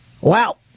Wow